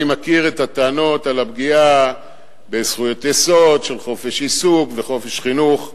אני מכיר את הטענות על הפגיעה בזכויות יסוד של חופש עיסוק וחופש חינוך,